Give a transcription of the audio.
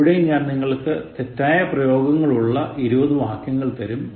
ഇവിടെയും ഞാൻ നിങ്ങൾക്ക് തെറ്റായ പ്രയോഗങ്ങൾ ഉള്ള 20 വാക്യങ്ങൾ തരും